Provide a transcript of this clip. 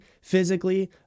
physically